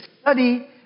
study